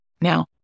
Now